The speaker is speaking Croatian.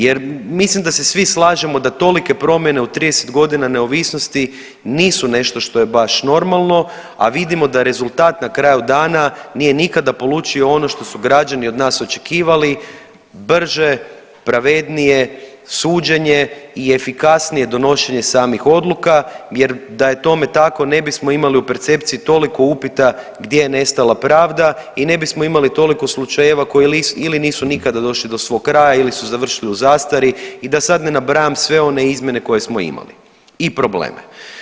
Jer mislim da se svi slažemo da tolike promjene u 30.g. neovisnosti nisu nešto što je baš normalno, a vidimo da je rezultat na kraju dana nije nikada polučio ono što su građani od nas očekivali brže, pravednije suđenje i efikasnije donošenje samih odluka jer da je tome tako ne bismo imali u percepciji toliko upita gdje je nestala pravda i ne bismo imali toliko slučajeva koji ili nisu nikada došli do svog kraja ili su završili u zastari i da sad ne nabrajam sve one izmjene koje smo imali i probleme.